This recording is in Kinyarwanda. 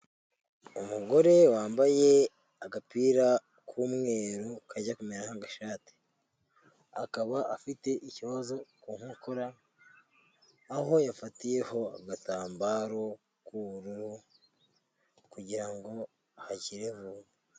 Umugore wambaye agapira k'umweru kajya kumera nk'agashati, akaba afite ikibazo ku nkokora aho yafatiyeho agatambaro k'ubururu kugira ngo ahakire vuba.